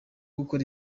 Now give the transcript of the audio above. gukora